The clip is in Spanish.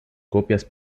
copias